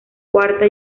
cuarta